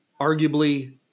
arguably